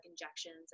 injections